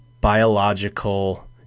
biological